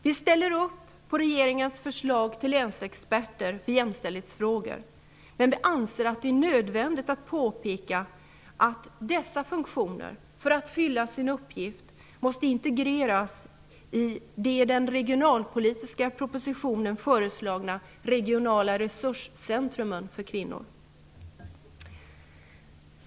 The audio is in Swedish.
Vi ställer upp på regeringens förslag om länsexperter för jämställdhetsfrågor, men vi anser att det är nödvändigt att påpeka att dessa funktioner, om de skall vara meningsfulla, måste integreras i de i den regionalpolitiska propositionen föreslagna regionala resurscentrumen för kvinnor.